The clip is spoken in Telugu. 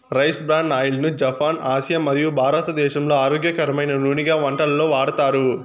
రైస్ బ్రాన్ ఆయిల్ ను జపాన్, ఆసియా మరియు భారతదేశంలో ఆరోగ్యకరమైన నూనెగా వంటలలో వాడతారు